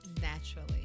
naturally